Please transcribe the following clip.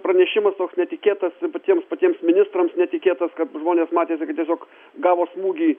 pranešimas toks netikėtas patiems patiems ministrams netikėtas kad žmonės matė tai tiesiog gavo smūgį